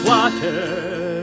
Water